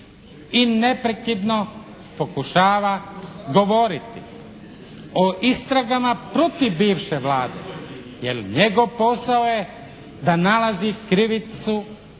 i neprekidno pokušava govoriti o istragama protiv bivše Vlade jer njegov posao je da nalazi krivicu bivših